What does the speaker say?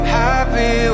happy